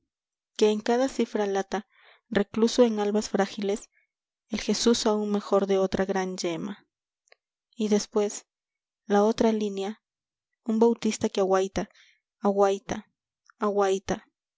que en cada cifra lata recluso en albas frágiles el jesús aun mejor de otra gran yema y después la otra línea un bautista que aguaita aguaita